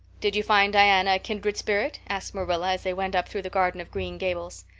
did you find diana a kindred spirit? asked marilla as they went up through the garden of green gables.